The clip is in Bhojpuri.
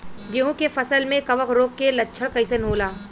गेहूं के फसल में कवक रोग के लक्षण कइसन होला?